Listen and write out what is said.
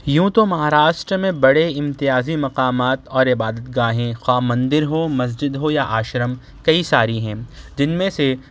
یوں تو مہاراشٹر میں بڑے امتیازی مقامات اور عبادت گاہیں خواہ مندر ہو مسجد ہو یا آشرم کئی ساری ہیں جن میں سے